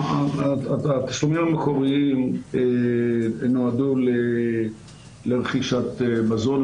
התשלומים המקומיים נועדו לרכישת מזון,